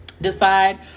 decide